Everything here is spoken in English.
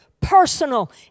personal